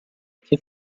che